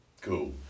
Cool